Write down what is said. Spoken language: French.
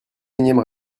énième